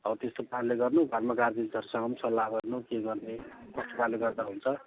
हो त्यस्तो पाराले गर्नु घरमा गार्जियन्सहरूसँग पनि सल्लाह गर्नु के गर्ने कस्तो पाराले गर्दा हुन्छ